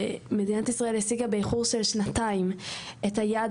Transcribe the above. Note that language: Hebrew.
ומדינת ישראל השיגה באיחור של שנתיים את היעד